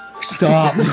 Stop